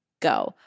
go